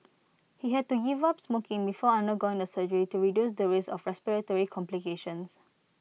he had to give up smoking before undergoing the surgery to reduce the risk of respiratory complications